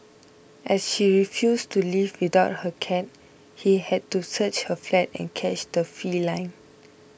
as she refused to leave without her cat he had to search her flat and catch the feline